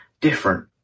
different